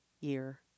year